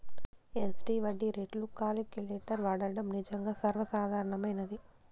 SD వడ్డీ రేట్లు calculator వాడడం నిజంగా సర్వసాధారణమైనది